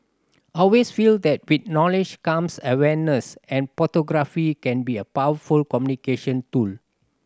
always feel that with knowledge comes awareness and can be a powerful communication tool